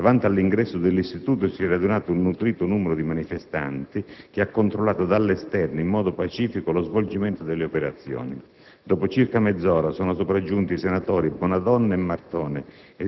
davanti all'ingresso dell'istituto, si è radunato un nutrito numero di manifestanti che ha controllato dall'esterno, in modo pacifico, lo svolgimento delle operazioni. Dopo circa mezz'ora sono sopraggiunti i senatori Bonadonna e Martone